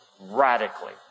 Radically